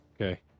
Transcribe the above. Okay